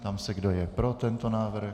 Ptám se, kdo je pro tento návrh?